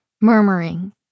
murmuring